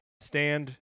stand